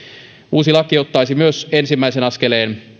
uusi laki ottaisi todella myös ensimmäisen askeleen